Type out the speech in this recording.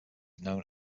known